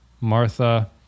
Martha